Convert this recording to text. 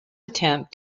attempt